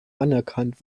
anerkannt